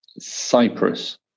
Cyprus